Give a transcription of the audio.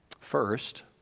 First